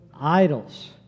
idols